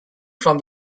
from